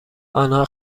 آنها